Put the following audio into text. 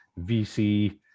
VC